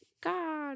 God